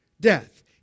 Death